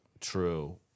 true